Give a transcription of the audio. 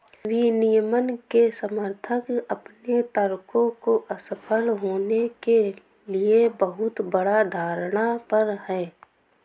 विनियमन के समर्थक अपने तर्कों को असफल होने के लिए बहुत बड़ा धारणा पर हैं